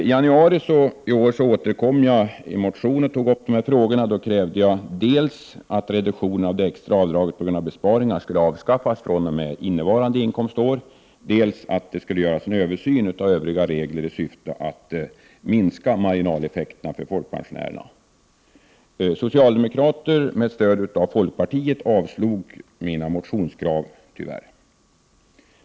I januari i år återkom jag med en motion, i vilken jag krävde dels att reduktion av det extra avdraget för besparingar skulle avskaffas fr.o.m. innevarande inkomstår, dels att en översyn av övriga regler för det extra avdraget skulle göras i syfte att minska marginaleffekterna för folkpensionärerna. Socialdemokraterna med stöd av folkpartiet avslog mina motionskrav, tyvärr.